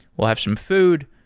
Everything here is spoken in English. we'll have some food.